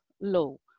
low